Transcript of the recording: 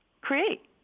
create